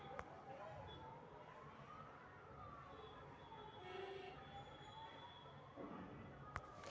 corporate वित्त के माध्यम से रुपिया के प्रबन्धन भी कइल जाहई